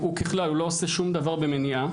הוא ככלל לא עושה שום דבר במניעה,